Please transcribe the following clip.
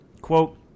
Quote